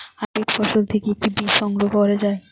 Hybrid ফসল থেকে কি বীজ সংগ্রহ করা য়ায়?